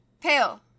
Pale